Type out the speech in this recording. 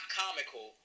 comical